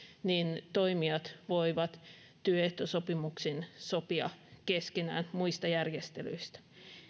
niin toimijat voivat työehtosopimuksin sopia keskenään muista järjestelyistä